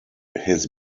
his